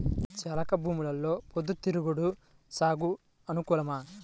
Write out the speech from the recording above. చెలక భూమిలో పొద్దు తిరుగుడు సాగుకు అనుకూలమా?